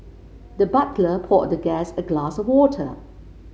the butler poured the guest a glass of water